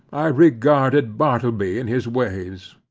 i regarded bartleby and his ways.